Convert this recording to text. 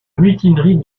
mutinerie